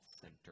center